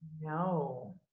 No